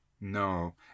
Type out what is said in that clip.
No